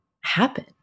happen